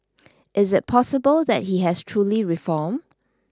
is it possible that he has truly reformed